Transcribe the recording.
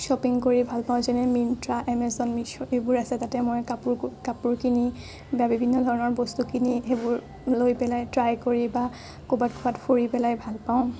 shopping কৰি ভাল পাওঁ যেনে মিনট্ৰা এমেজন মিশ্ব' এইবোৰ আছে তাতে মই কাপোৰ কাপোৰ কিনি বা বিভিন্ন ধৰণৰ বস্তু কিনি এইবোৰ লৈ পেলাই ট্ৰাই কৰি কৰি বা ক'ৰবাত ক'ৰবাত ফুৰি পেলাই ভাল পাওঁ